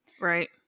Right